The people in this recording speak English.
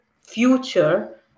future